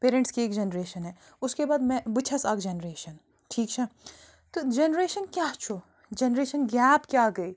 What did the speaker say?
parents کی ایک generation ہے اُس کے بعد میں بہٕ تہِ چھیٚس اَکھ جنریشن ٹھیٖک چھا تہٕ جنریشن کیٛاہ چھُ جنریشَن گیپ کیٛاہ گٔے